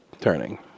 turning